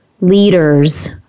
leaders